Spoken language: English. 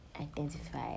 identify